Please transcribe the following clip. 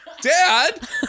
dad